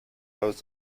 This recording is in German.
daraus